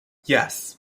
yes